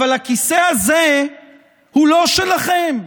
אבל הכיסא הזה הוא לא שלכם,